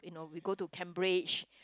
you know we go to Cambridge